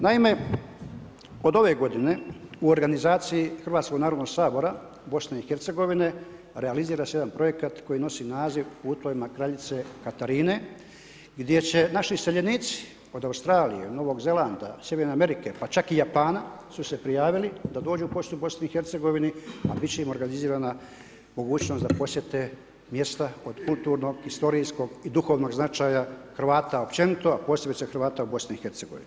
Naime, od ove godine u organizaciji Hrvatskog narodnog sabora BIH realizira se jedan projekat koji nosi naziv „Putovima kraljice Katarine“ gdje će naši iseljenici od Australije, Novog Zelanda, Sjeverne Amerike, pa čak i Japana su se prijavili da dođu u posjetu BIH, a biti će im organizirana mogućnost da posjete mjesta od kulturnog, historijskog i duhovnog značaja Hrvata općenito, a posebice Hrvata u BIH.